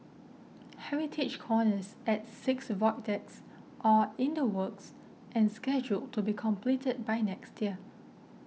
heritage corners at six void decks are in the works and scheduled to be completed by next year